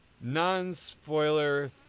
non-spoiler